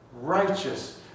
righteous